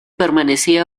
permanecía